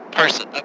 person